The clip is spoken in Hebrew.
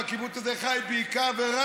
והקיבוץ הזה חי בעיקר,